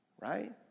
Right